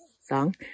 song